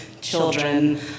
children